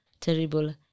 terrible